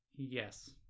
Yes